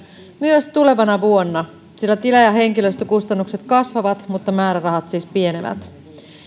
myös tulevana vuonna sillä tila ja henkilöstökustannukset kasvavat mutta määrärahat siis pienenevät